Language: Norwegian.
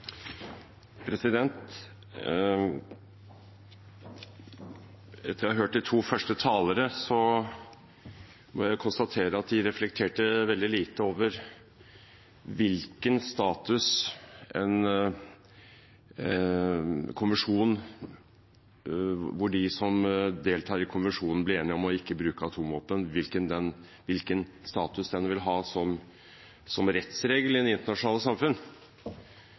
Etter å ha hørt de to første talerne må jeg konstatere at de reflekterte veldig lite over hvilken status en kommisjon hvor de som deltar i kommisjonen, blir enige om ikke å bruke atomvåpen, vil ha som rettsregel i det internasjonale samfunn.